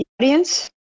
audience